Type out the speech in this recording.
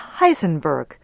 Heisenberg